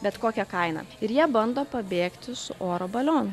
bet kokia kaina ir jie bando pabėgti su oro balionu